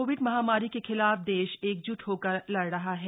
Covid महामारी के खिलाफ देश एकज्ट होकर लड़ रहा है